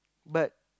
but